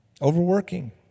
overworking